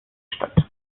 statt